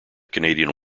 canadian